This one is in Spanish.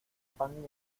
pan